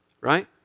right